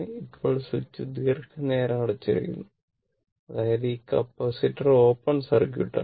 ഇപ്പോൾ സ്വിച്ച് ദീർഘനേരം അടച്ചിരിക്കുന്നു അതായത് ഈ കപ്പാസിറ്റർ ഓപ്പൺ സർക്യൂട്ട് ആണ്